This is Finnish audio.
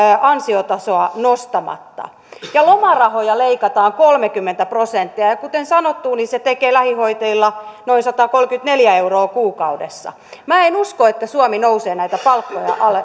ansiotasoa nostamatta ja lomarahoja leikataan kolmekymmentä prosenttia kuten sanottu niin se tekee lähihoitajilla noin satakolmekymmentäneljä euroa kuukaudessa minä en en usko että suomi nousee näitä palkkoja